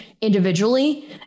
individually